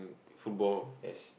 football as